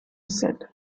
said